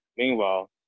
Meanwhile